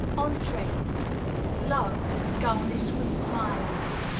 entrees love garnished with smiles.